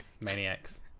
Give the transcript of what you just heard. maniacs